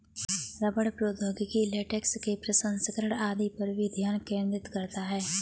रबड़ प्रौद्योगिकी लेटेक्स के प्रसंस्करण आदि पर भी ध्यान केंद्रित करता है